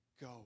go